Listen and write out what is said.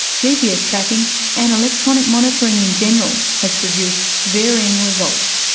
gps tracking and electronic monitoring in general has produced varying results.